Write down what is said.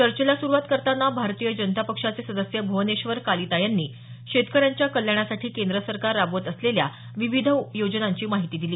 चर्चेला सुरुवात करताना भारतीय जनता पक्षाचे सदस्य भ्वनेश्वर कालिता यांनी शेतकऱ्यांच्या कल्याणासाठी केंद्र सरकार राबवत असलेल्या विविध योजनांची माहिती दिली